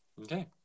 Okay